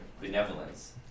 benevolence